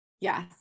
yes